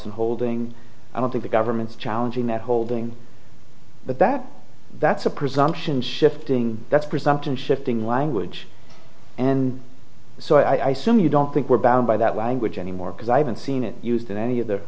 in holding i don't think the government's challenging that holding but that that's a presumption shifting that's presumption shifting language and so i soon you don't think we're bound by that language anymore because i haven't seen it used in any of the